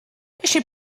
jeśli